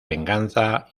venganza